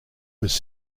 was